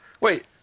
Wait